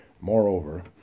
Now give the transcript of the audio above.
Moreover